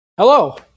Hello